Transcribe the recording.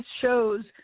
shows